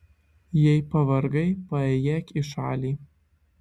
jei pavargai paėjėk į šalį